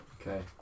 okay